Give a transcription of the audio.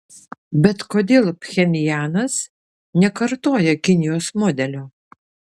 bet kodėl pchenjanas nekartoja kinijos modelio